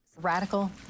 Radical